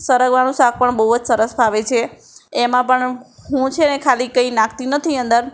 સરગવાનું શાક પણ બહુ જ સરસ ફાવે છે એમાં પણ હું છે ને ખાલી કંઇ નાખતી નથી અંદર